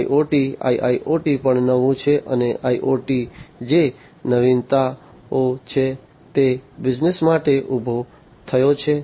IoT IIoT પણ નવું છે અને IoT જે નવીનતાઓ છે તે બિઝનેસ માટે ઉભો થયો છે